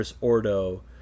Ordo